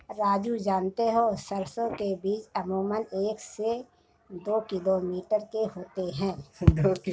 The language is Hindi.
राजू जानते हो सरसों के बीज अमूमन एक से दो मिलीमीटर के होते हैं